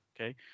okay